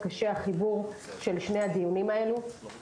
החיבור של שני הדיונים האלה הוא קשה מאוד.